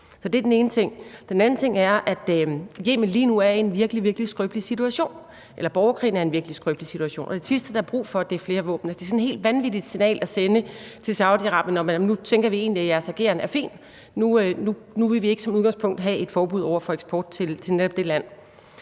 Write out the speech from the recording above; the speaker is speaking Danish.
det er den ene ting. Den anden ting er, at Yemen lige nu er i en virkelig, virkelig skrøbelig situation i forhold til borgerkrigen, og det sidste, der er brug for, er flere våben. Det er sådan et helt vanvittigt signal at sende til Saudi-Arabien om, at nu tænker vi egentlig, at deres ageren er fin; nu vil vi ikke som udgangspunkt have et forbud over for eksport til netop det land.